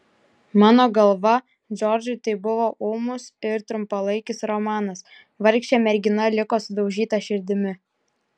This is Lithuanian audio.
mano galva džordžui tai buvo ūmus ir trumpalaikis romanas vargšė mergina liko sudaužyta širdimi